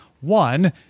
One